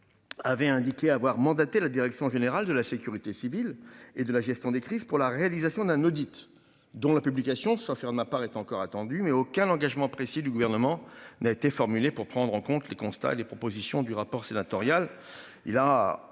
Avait indiqué avoir mandaté la direction générale de la sécurité civile et de la gestion des crises pour la réalisation d'un audit dont la publication, sans faire de ma part est encore attendu mais aucun engagement précis du gouvernement n'a été formulée pour prendre en compte les constats et les propositions du rapport sénatorial.